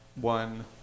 one